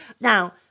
Now